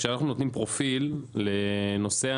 כשאנחנו נותנים פרופיל לנושא,